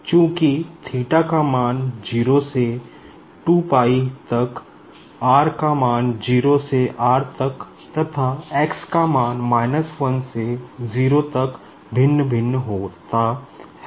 चूंकि का मान 0 से तक r का मान 0 से r तक तथा x का मान 1 से 0 तक भिन्न भिन्न होता है